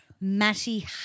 Matty